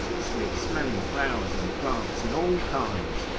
sweet-smelling flowers, and plants in all kinds,